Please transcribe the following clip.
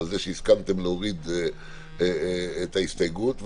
ועל זה שהסכמתם להוריד את ההסתייגות,